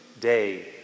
day